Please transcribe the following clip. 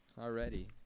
already